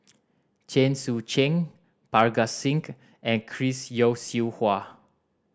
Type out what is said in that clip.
Chen Sucheng Parga Singh and Chris Yeo Siew Hua